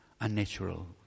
unnatural